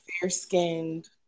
fair-skinned